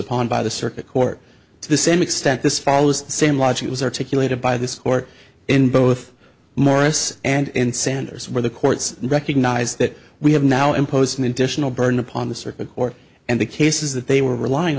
upon by the circuit court to the same extent this follows the same logic was articulated by this court in both morris and sanders where the courts recognize that we have now imposed an additional burden upon the circuit or and the cases that they were relying